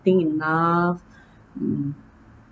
thing enough mm